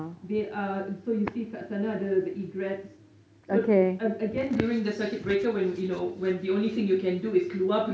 they are so you see kat sana ada the egrets so again during the circuit breaker when you know the only thing you can do is keluar pergi